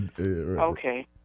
Okay